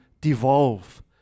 devolve